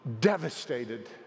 devastated